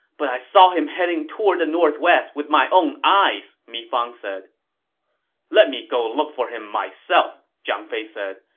but i saw him heading toward the northwest with my own eyes! mi fang said let me go look for him myself! zhang fei said.